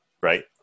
Right